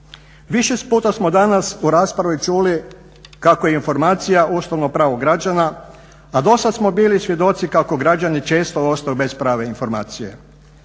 Više puta smo danas u raspravi čuli kako je informacija ustavno pravo građana, a dosad smo bili svjedoci kako građani često ostaju bez prave informacije.